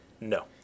No